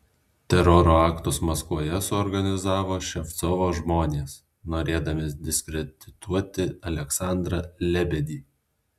teroro aktus maskvoje suorganizavo ševcovo žmonės norėdami diskredituoti aleksandrą lebedį